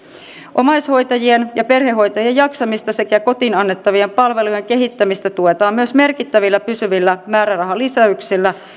omaishoitajien ja perhehoitajien jaksamista sekä kotiin annettavien palvelujen kehittämistä tuetaan myös merkittävillä pysyvillä määrärahalisäyksillä